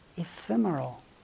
Ephemeral